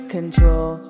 Control